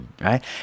right